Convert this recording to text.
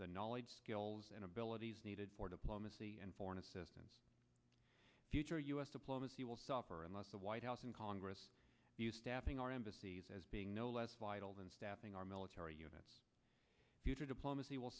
the knowledge skills and abilities needed for diplomacy and foreign assistance future u s diplomacy will suffer unless the white house and congress staffing our embassies as being no less vital than staffing our military units future diplomacy will